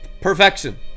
perfection